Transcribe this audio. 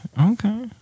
Okay